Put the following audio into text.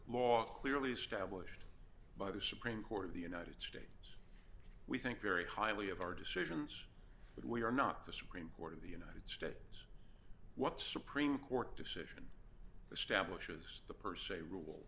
law clearly established by the supreme court of the united states we think very highly of our decisions but we are not the supreme court of the united states what supreme court decision establishes the per se rule